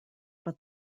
but